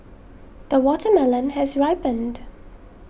the watermelon has ripened